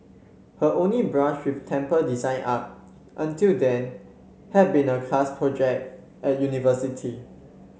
her only brush with temple design up until then had been a class project at university